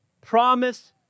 promise